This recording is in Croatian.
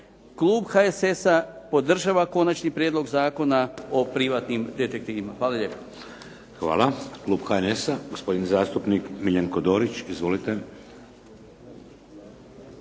Klub HSS-a podržava Konačni prijedlog zakona o privatnim detektivima. Hvala lijepo. **Šeks, Vladimir (HDZ)** Hvala. Klub HNS-a, gospodin zastupnik Miljenko Dorić. Izvolite.